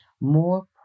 more